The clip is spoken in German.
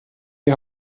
die